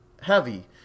heavy